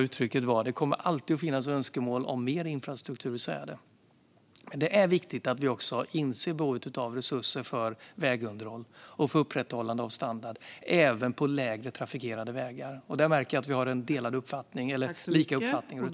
Det kommer alltid att finnas önskemål om mer infrastruktur. Så är det. Det är viktigt att vi också inser behovet av resurser för vägunderhåll och för upprätthållande av standard, även på mindre trafikerade vägar. Där verkar vi ha en delad uppfattning. Det tackar jag för.